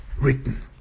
written